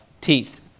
teeth